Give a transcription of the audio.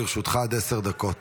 לרשותך עד עשר דקות.